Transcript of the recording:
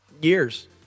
Years